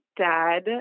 dad